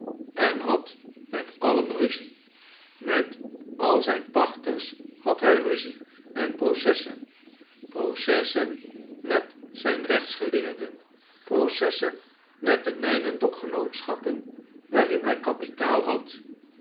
en had met alien ruzie met al zijn pachters had hij ruzie en processen processen met zijn rechtsgeleerden processen met de mijn en dokgenootschappen waarin hij kapitaal had